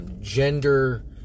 gender